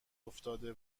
افتاده